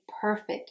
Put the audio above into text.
perfect